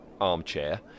armchair